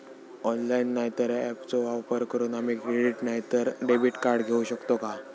Online नाय तर ऍपचो वापर करून आम्ही क्रेडिट नाय तर डेबिट कार्ड घेऊ शकतो का?